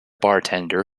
bartender